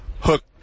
hook